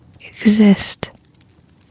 exist